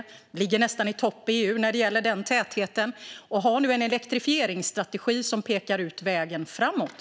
Vi ligger nästan i topp i EU när det gäller täthet och har nu en elektrifieringsstrategi som pekar ut vägen framåt.